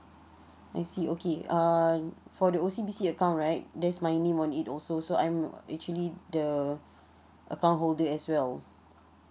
I see okay uh for the O_C_B_C account right there's my name on it also so I'm actually the account holder as well